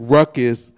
Ruckus